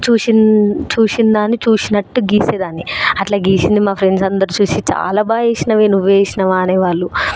చూసిన చూసిన దాన్ని చూసినట్టు గీసేదాన్ని అట్లా గీసింది మా ఫ్రెండ్స్ అందరు చూసి చాలా బాగా వేసినావే నువ్వే వేసినావా అనేవాళ్ళు